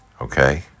Okay